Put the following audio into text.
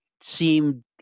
seemed